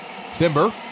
Simber